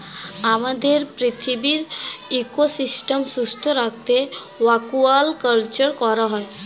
আমাদের পৃথিবীর ইকোসিস্টেম সুস্থ রাখতে অ্য়াকুয়াকালচার করা হয়